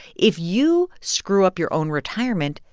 if you screw up your own retirement,